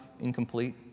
incomplete